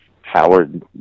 Howard